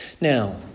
Now